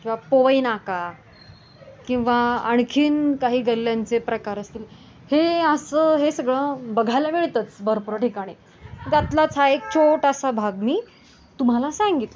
किंवा पोवई नाका किंवा आणखीन काही गल्ल्यांचे प्रकार असतील हे असं हे सगळं बघायला मिळतंच भरपूर ठिकाणी त्यातलाच हा एक छोटासा भाग मी तुम्हाला सांगितला